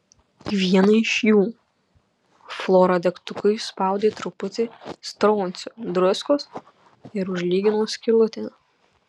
į vieną iš jų flora degtuku įspaudė truputį stroncio druskos ir užlygino skylutę